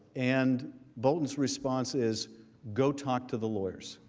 and bolton's response is go talk to the lawyers.